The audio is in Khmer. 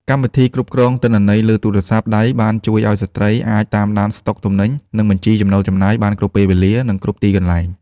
កម្មវិធីគ្រប់គ្រងទិន្នន័យលើទូរស័ព្ទដៃ បានជួយឱ្យស្ត្រីអាចតាមដានស្តុកទំនិញ និងបញ្ជីចំណូលចំណាយបានគ្រប់ពេលវេលា និងគ្រប់ទីកន្លែង។